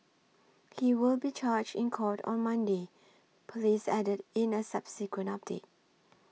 he will be charged in court on Monday police added in a subsequent update